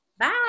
Bye